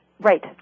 Right